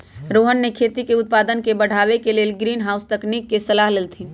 रोहन खेती के उत्पादन के बढ़ावे के लेल ग्रीनहाउस तकनिक के सलाह देलथिन